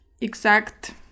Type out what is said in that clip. exact